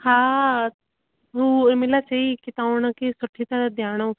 हा हूअ उर्मिला चईं की तव्हां हुनखे सुठे सां ॼाणो